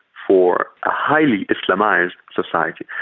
for a highly islamised society.